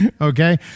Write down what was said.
Okay